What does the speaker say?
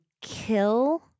kill